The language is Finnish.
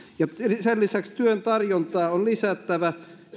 ja sen lisäksi työn tarjontaa on lisättävä